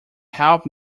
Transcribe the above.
help